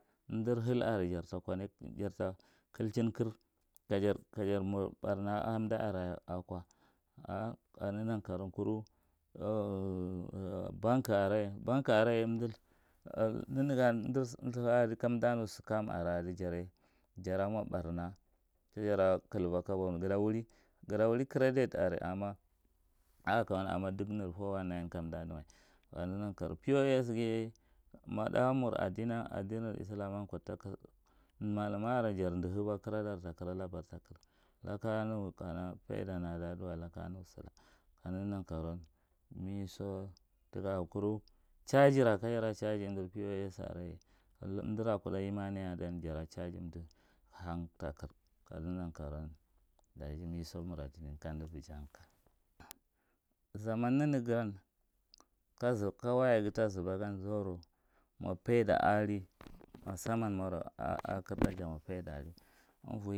Amdar hal are, jarta conati jarta kaichin kar kajara kajar mwa barna a amda are akwa. A ka naga nankaroku kuru bank aran ye- bank aran ye dmd kamda sakam are ada jarye, jara mwa barna kajara kalba kalo, gada wuri credit are amma dagam ir kamda nua. Ka naga nakaro, pos gaye ma da mur adin, adinir islam ta kasachin, madumwa are jar ndahaba karada takira labar takar, laka nu kana paidan adadwa. Laka mu salaka ka nago nakaroan, miso taka, kuru charge ra kaja ra chargin ga amdar pos aran ye, amdara kuɗa taka imani aran jara charge amda hang takir. Ka naga nakwan miso miradachin kamda viji hanka. Zaman nanasagan, ka waya gata zib- ta zpba gan zauro mwa paida ari, musamman maro a karɗa ja mwa paid ari, amuui…